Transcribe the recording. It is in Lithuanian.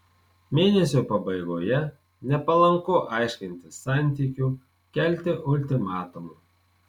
mėnesio pabaigoje nepalanku aiškintis santykių kelti ultimatumų